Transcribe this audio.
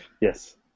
yes